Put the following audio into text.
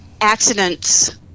accidents